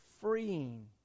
freeing